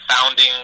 founding